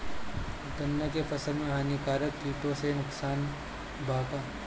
गन्ना के फसल मे हानिकारक किटो से नुकसान बा का?